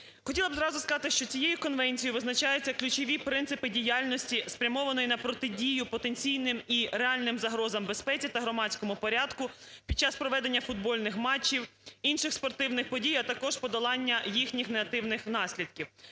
Хотіла б зразу сказати, що цією конвенцією визначаються ключові принципи діяльності, спрямованої на протидію потенційним і реальним загрозам безпеці та громадському порядку під час проведення футбольних матчів, інших спортивних подій, а також подолання їхніх негативних наслідків.